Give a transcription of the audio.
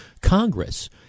Congress